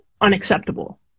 unacceptable